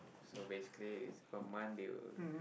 so basically is per month they will